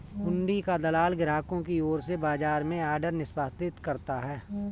हुंडी का दलाल ग्राहकों की ओर से बाजार में ऑर्डर निष्पादित करता है